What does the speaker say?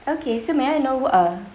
okay so may I know wh~ uh